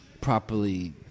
properly